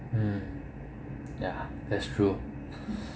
mm ya that's true